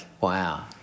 Wow